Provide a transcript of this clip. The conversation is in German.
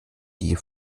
die